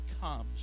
comes